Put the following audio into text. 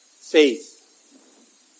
Faith